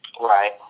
Right